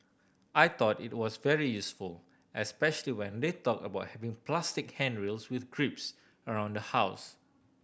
I thought it was very useful especially when they talked about having plastic handrails with grips around the house